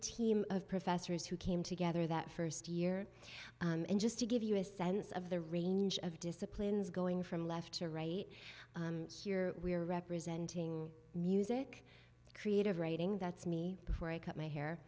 team of professors who came together that st year and just to give you a sense of the range of disciplines going from left to right here we are representing music creative writing that's me before i cut my hair